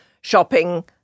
shopping